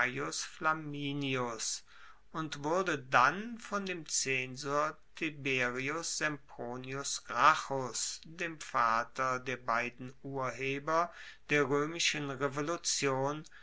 flaminius und wurde dann von dem zensor tiberius sempronius gracchus dem vater der beiden urheber der roemischen revolution